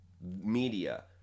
media